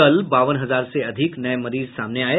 कल बावन हजार से अधिक नये मरीज सामने आये